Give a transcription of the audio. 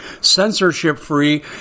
censorship-free